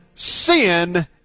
Sin